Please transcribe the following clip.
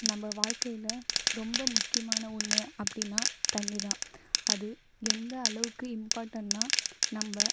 நம்ப வாழ்க்கையில் ரொம்ப முக்கியமான ஒன்று அப்படின்னா தண்ணி தான் அது எந்தளவுக்கு இம்பார்ட்டண்னால் நம்ப